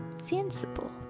Sensible